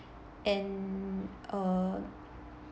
and uh